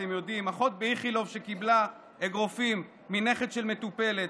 אתם יודעים: אחות באיכילוב שקיבלה אגרופים מנכד של מטופלת,